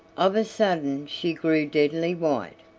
of a sudden she grew deadly white,